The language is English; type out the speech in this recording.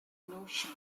notion